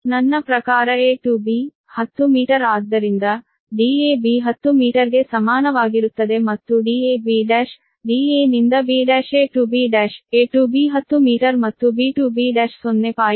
ನನ್ನ ಪ್ರಕಾರ a to b 10 metre ಆದ್ದರಿಂದ dab 10 ಮೀಟರ್ಗೆ ಸಮಾನವಾಗಿರುತ್ತದೆ ಮತ್ತು dab1 d a ನಿಂದ b' ಬಲಕ್ಕೆ a to b1 a to b 10 metre ಮತ್ತು b to b1 0